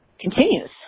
continues